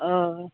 आं